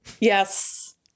Yes